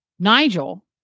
Nigel